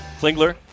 Klingler